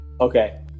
Okay